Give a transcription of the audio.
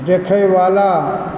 देखयवला